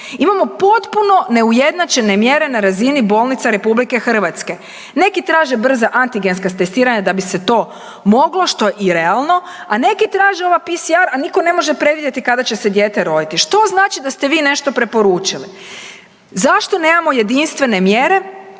imamo potpuno neujednačene mjere na razini bolnica RH. Neki traže brza antigenska testiranja da bi se to moglo što je i realno, a neki traže ova PCR, a nitko ne može predvidjeti kada će se dijete roditi. Što znači da ste vi nešto preporučili? Zašto nemamo jedinstvene mjere